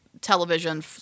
television